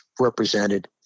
represented